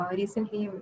recently